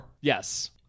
Yes